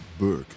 Burke